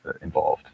involved